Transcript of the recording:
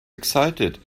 excited